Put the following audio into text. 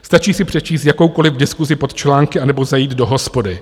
Stačí si přečíst jakoukoliv diskusi pod články, anebo zajít do hospody.